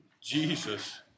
Jesus